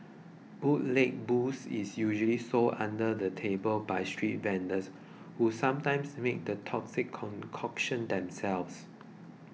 bootleg booze is usually sold under the table by street vendors who sometimes make the toxic concoction themselves